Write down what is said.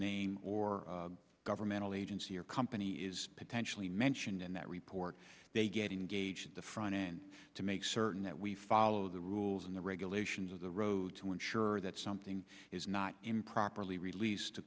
name or governmental agency or company is potentially mentioned in that report they getting gauged the front end to make certain that we follow the rules and the regulations of the road to ensure that something is not improperly released to